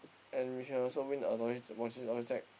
and you can also win a